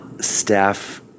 staff